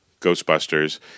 Ghostbusters